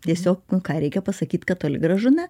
tiesiog ką reikia pasakyt kad toli gražu ne